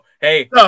Hey